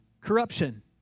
corruption